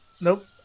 nope